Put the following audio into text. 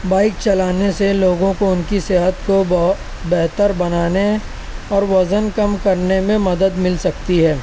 bike چلانے سے لوگوں کو اُن کی صحت کو بہت بہتر بنانے اور وزن کم کرنے میں مدد مِل سکتی ہے